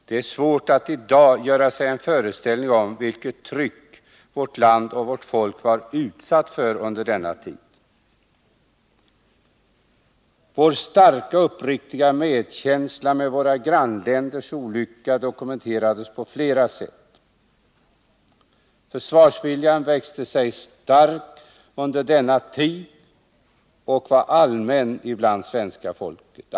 Det är svårt att i dag göra sig en föreställning om vilket tryck vårt land och vårt folk var utsatta för under denna tid. Vår starka och uppriktiga medkänsla med våra grannländers olycka dokumenterades på flera sätt. Försvarsviljan växte sig vid denna tid stark hos svenska folket.